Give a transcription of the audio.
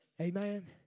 Amen